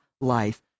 life